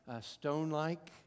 stone-like